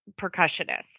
percussionist